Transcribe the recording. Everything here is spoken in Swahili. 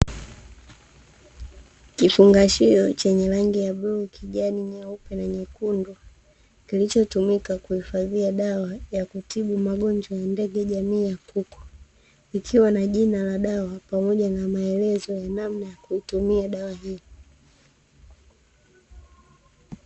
Kifungashio chenye rangi ya: bluu, kijani, nyeupe na nyekundu, kilichotumika kuhifadhia dawa ya kutibu magonjwa ya ndege jamii ya kuku, ikiwa na jina la dawa pamoja na maelezo ya namna ya kuitumia dawa hiyo.